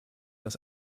dass